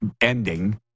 ending